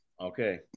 okay